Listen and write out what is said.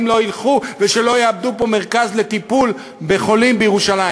לא ילכו ושלא יאבדו פה מרכז לטיפול בחולים בירושלים.